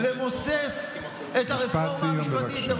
למוסס את הרפורמה המשפטית,